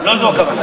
לא זו הכוונה.